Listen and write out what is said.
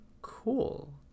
cool